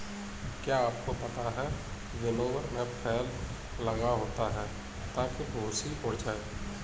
क्या आपको पता है विनोवर में फैन लगा होता है ताकि भूंसी उड़ जाए?